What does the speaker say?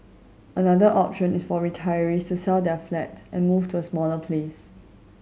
another option is for retirees to sell their flat and move to a smaller place